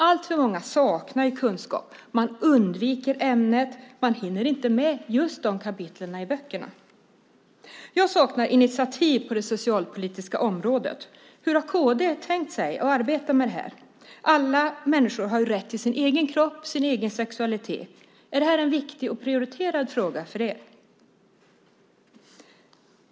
Alltför många saknar kunskap, undviker ämnet eller hinner inte med just de kapitlen i böckerna. Jag saknar initiativ på det sexualpolitiska området. Hur har kd tänkt sig att arbeta med detta? Alla människor har rätt till sin egen kropp och sin egen sexualitet. Är det här en viktig och prioriterad fråga för er?